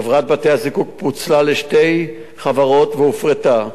וחברת בתי-הזיקוק פוצלה לשתי חברות והופרטה,